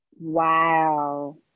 Wow